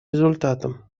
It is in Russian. результатам